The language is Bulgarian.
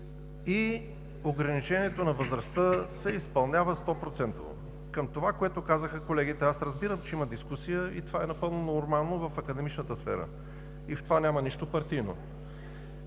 Ограничението на възрастта се изпълнява стопроцентово. Към това, което казаха колегите. Разбирам, че има дискусия и това е напълно нормално в академичната сфера, и в това няма нищо партийно.